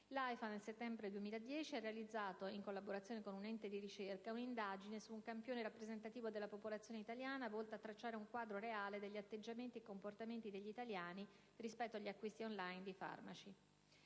l'AIFA nel settembre 2010 ha realizzato, in collaborazione con un ente di ricerca, una indagine su un campione rappresentativo della popolazione italiana volta a tracciare un quadro reale degli atteggiamenti e comportamenti degli italiani rispetto agli acquisti *on line* di farmaci.